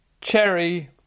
Cherry